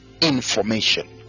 Information